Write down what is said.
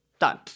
done